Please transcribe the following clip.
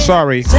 Sorry